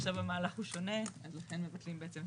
עכשיו המהלך הוא שונה ולכן מבטלים בעצם.